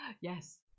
Yes